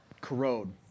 corrode